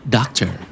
Doctor